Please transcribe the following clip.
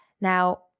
Now